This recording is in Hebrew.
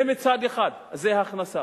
זה מצד אחד, הכנסה.